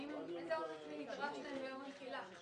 איזה הון עצמי נדרש מהם ביום התחילה?